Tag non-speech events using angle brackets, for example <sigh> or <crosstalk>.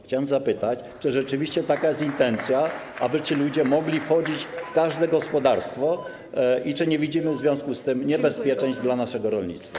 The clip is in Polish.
Chciałbym zapytać, czy rzeczywiście taka jest intencja, aby ci ludzie mogli wchodzić do każdego gospodarstwa, <noise> i czy nie widzimy w związku z tym niebezpieczeństw dla naszego rolnictwa.